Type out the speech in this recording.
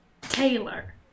Taylor